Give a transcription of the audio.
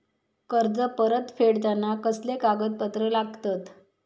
कर्ज परत फेडताना कसले कागदपत्र लागतत?